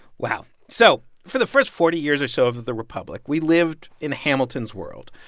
wow. so for the first forty years or so of the republic, we lived in hamilton's world.